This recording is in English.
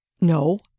No